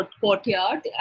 Courtyard